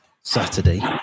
saturday